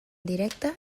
directe